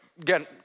again